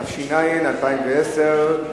התש"ע 2010,